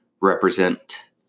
represent